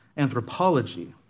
anthropology